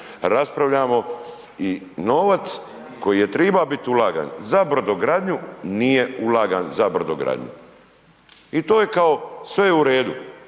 raspravljamo i novac koji je trebao biti ulagan za brodogradnju, nije ulagan za brodogradnju. I to je kao, sve je u redu,